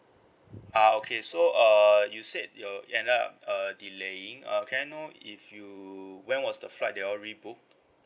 ah okay so err you said your ended up uh delaying uh can I know if you when was the flight that you all re-booked